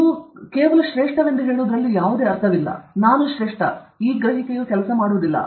ನಾನು ಶ್ರೇಷ್ಠನೆಂದು ಹೇಳುವಲ್ಲಿ ಯಾವುದೇ ಅರ್ಥವಿಲ್ಲ ನಾನು ಶ್ರೇಷ್ಠ ಅದು ಕೆಲಸ ಮಾಡುವುದಿಲ್ಲ